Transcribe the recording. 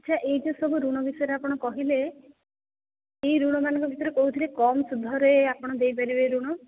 ଆଚ୍ଛା ଏଇ ଯେଉଁ ଋଣ ବିଷୟରେ ଆପଣ ଯେଉଁ କହିଲେ ଏଇ ଋଣ ମାନଙ୍କ ଭିତରେ କେଉଁଥିରେ କମ ସୁଧରେ ଆପଣ ଦେଇପାରିବେ ଋଣ